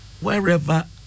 wherever